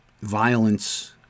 violence